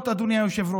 משפחות, אדוני היושב-ראש,